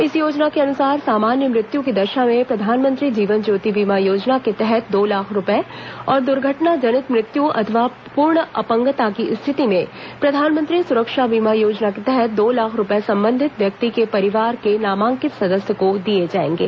इस योजना के अनुसार सामान्य मृत्यू की दशा में प्रधानमंत्री जीवन ज्योति बीमा योजना के तहत दो लाख रूपए और दुर्घटना जनित मृत्यु अथवा पूर्ण अपंगता की स्थिति में प्रधानमंत्री सुरक्षा बीमा योजना के तहत दो लाख रूपए संबंधित व्यक्ति के परिवार के नामांकित सदस्य को दिए जाएंगे